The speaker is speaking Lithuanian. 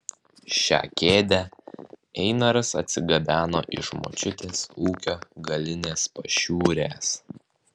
šią kėdę einaras atsigabeno iš močiutės ūkio galinės pašiūrės